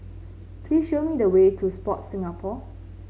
please show me the way to Sport Singapore